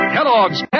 Kellogg's